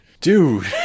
Dude